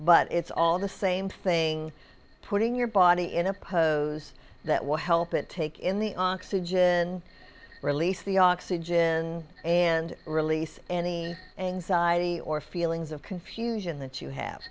but it's all the same thing putting your body in a pose that will help it take in the oxygen release the oxygen and release any anxiety or feelings of confusion that you have